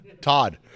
Todd